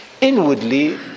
inwardly